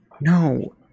No